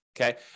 Okay